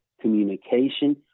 communication